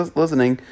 listening